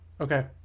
Okay